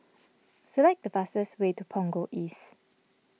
select the fastest way to Punggol East